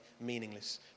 meaningless